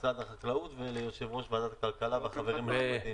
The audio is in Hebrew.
למשרד החקלאות וליושב-ראש ועדת הכלכלה והחברים הנכבדים.